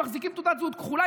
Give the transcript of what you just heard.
הם מחזיקים תעודת זהות כחולה.